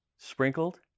sprinkled